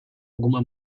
alguma